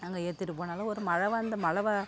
அங்கே ஏத்திகிட்டு போனாலும் ஒரு மழை வந்து மழை வ